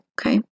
Okay